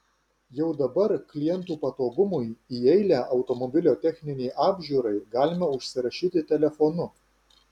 jau dabar klientų patogumui į eilę automobilio techninei apžiūrai galima užsirašyti telefonu